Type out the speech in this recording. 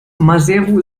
maseru